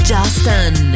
Justin